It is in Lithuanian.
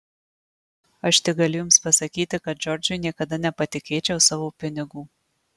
aš tik galiu jums pasakyti kad džordžui niekada nepatikėčiau savo pinigų